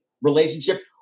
relationship